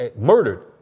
murdered